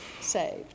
saved